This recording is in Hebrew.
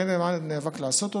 כן נאבק לעשות אותו,